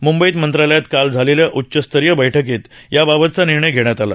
मृं ईत मंत्रालयात काल झालेल्या उच्चस्तरीय पैठकीत या तचा निर्णय घेण्यात आला